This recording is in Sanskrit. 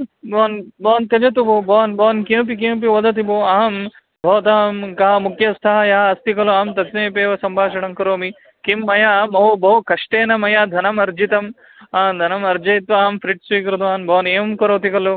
भवान् भवान् त्यजतु भोः भवान् भवान् किमपि किमपि वदति भोः अहं भवतां कः मुख्यस्तः यः अस्ति खलु अहं तस्य समीपे एव सम्भाषणं करोमि किं मया बहु बहु कष्टेन मया धनम् अर्जितं धनम् अर्जयित्वा अहं फ्रि़ज् स्वीकृतवान् भवान् एवं करोति खलु